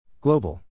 Global